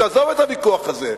תעזוב את הוויכוח הזה.